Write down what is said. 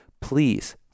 Please